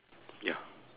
ya